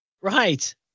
Right